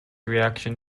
reaction